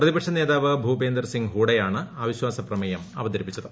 പ്രതിപക്ഷ നേതാവ് ഭൂപേന്ദർ സിങ്ങ് ഹൂഡയാണ് അവിശ്വാസ പ്രമേയം അവതരിപ്പിച്ചത്